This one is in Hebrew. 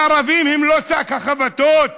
הערבים הם לא שק החבטות.